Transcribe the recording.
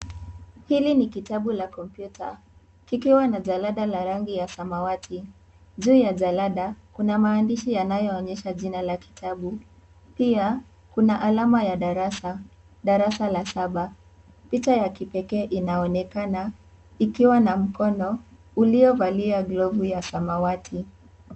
Hili ni kitabu la komputa, kikiwa na jalada la rangi ya samawati. Juu ya jalada kuna maandishi yanayoonyesha jina la kitabu. Pia kuna alama ya darasa, darasa la saba. Picha ya kipekee inaonekana ikiwa na mkono uliovalia glovu ya samawati.